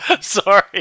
Sorry